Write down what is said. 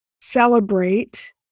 celebrate